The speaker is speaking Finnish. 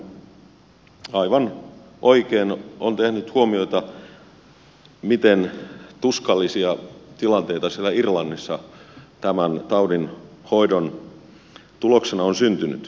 edustaja tolppanen aivan oikein on tehnyt huomioita siitä miten tuskallisia tilanteita siellä irlannissa tämän taudin hoidon tuloksena on syntynyt